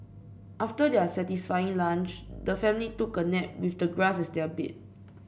after their satisfying lunch the family took a nap with the grass as their bed